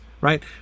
right